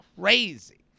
crazy